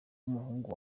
w’umuhungu